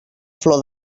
flor